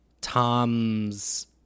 Tom's